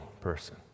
person